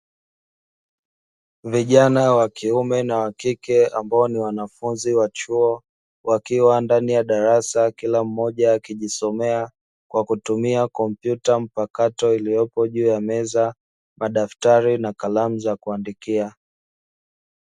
Vijana wa kiume na wa kike ambao ni wanafunzi wa chuo wakiwa ndani ya darasa kila mmoja akijisomea kwa kutumia kompyuta mpakato iliyopo juu ya meza madaftari na kalamu za kuandikia.